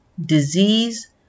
disease